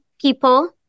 people